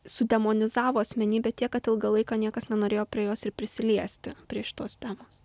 sudemonizavo asmenybę tiek kad ilgą laiką niekas nenorėjo prie jos prisiliesti prie šitos temos